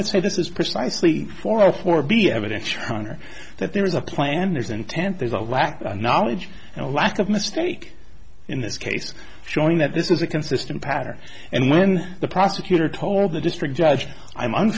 would say this is precisely for poor be evidence hunter that there is a plan there's intent there's a lack of knowledge and a lack of mistake in this case showing that this is a consistent pattern and when the prosecutor told the district judge i'm